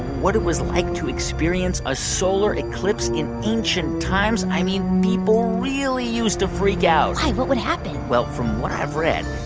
what it was like to experience a solar eclipse in ancient times? i mean, people really used to freak out why? what would happen? well, from what i've read,